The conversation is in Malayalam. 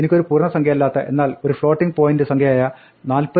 എനിക്കൊരു പൂർണ്ണസംഖ്യയല്ലാത്ത എന്നാൽ ഒരു ഫ്ലോട്ടിംഗ് പോയിന്റ് സംഖ്യയായ 47